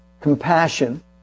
compassion